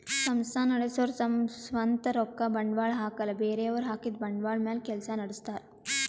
ಸಂಸ್ಥಾ ನಡಸೋರು ತಮ್ ಸ್ವಂತ್ ರೊಕ್ಕ ಬಂಡ್ವಾಳ್ ಹಾಕಲ್ಲ ಬೇರೆಯವ್ರ್ ಹಾಕಿದ್ದ ಬಂಡ್ವಾಳ್ ಮ್ಯಾಲ್ ಕೆಲ್ಸ ನಡಸ್ತಾರ್